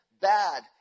Bad